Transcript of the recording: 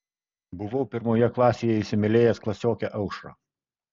buvau pirmoje klasėje įsimylėjęs klasiokę aušrą